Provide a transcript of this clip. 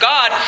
God